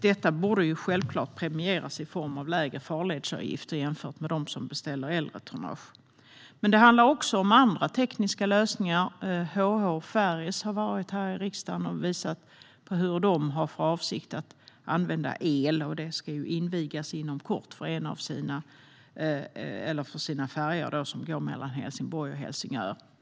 Detta borde självklart premieras i form av lägre farledsavgifter jämfört med dem som beställer äldre tonnage. Det handlar även om andra tekniska lösningar. HH Ferries har varit här i riksdagen och visat hur de har för avsikt att använda el, vilket ska invigas inom kort på en av färjorna som går mellan Helsingborg och Helsingör.